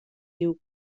diu